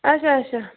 آچھا آچھا